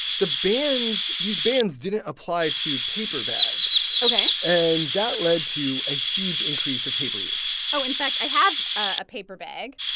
the bans these bans didn't apply to paper bags ok and that led to a huge increase of paper use oh, in fact, i have a paper bag